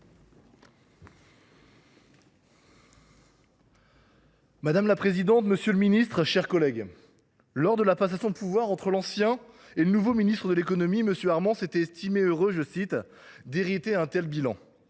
Madame la présidente, monsieur le ministre, mes chers collègues, lors de la passation de pouvoir entre l’ancien et le nouveau ministre de l’économie, M. Armand s’était estimé heureux « d’hériter d’un tel bilan